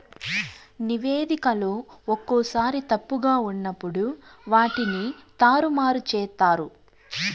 నివేదికలో ఒక్కోసారి తప్పుగా ఉన్నప్పుడు వాటిని తారుమారు చేత్తారు